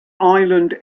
island